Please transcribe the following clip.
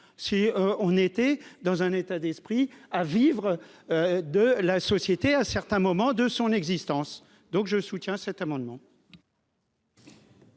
si on était dans un état d'esprit à vivre de la société, à certains moments de son existence, donc je soutiens cet amendement.